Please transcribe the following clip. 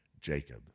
Jacob